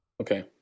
Okay